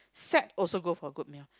sad also go for good meal